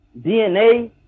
DNA